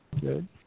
Good